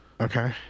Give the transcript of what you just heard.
okay